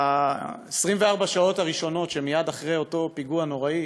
ב-24 השעות הראשונות, מייד אחרי אותו פיגוע נוראי